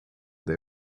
they